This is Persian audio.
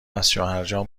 ازشوهرجان